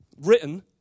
written